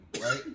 right